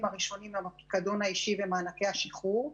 הראשונים הם הפיקדון האישי ומענקי השחרור.